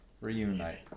reunite